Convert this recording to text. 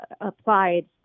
applied